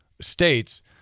states